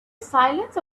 silence